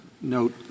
note